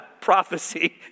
prophecy